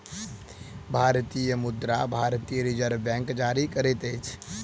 भारतीय मुद्रा भारतीय रिज़र्व बैंक जारी करैत अछि